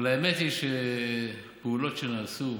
אבל האמת היא שפעולות שנעשו,